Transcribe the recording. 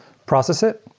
process it,